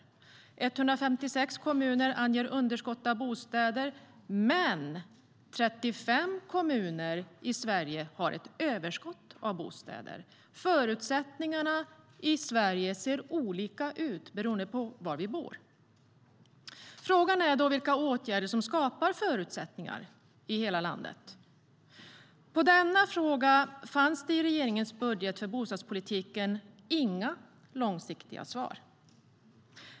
Det är 156 kommuner som anger att de har ett underskott på bostäder, men 35 kommuner i Sverige har ett överskott på bostäder. Förutsättningarna i Sverige ser olika ut beroende på var vi bor.Frågan är då vilka åtgärder det är som skapar förutsättningar i hela landet. På denna fråga fanns det i regeringens budget för bostadspolitiken inga långsiktiga svar.